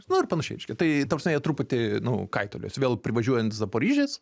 nu ir panašiai reiškia tai ta prasme jie truputį nu kaitaliojos vėl privažiuojant zaporižės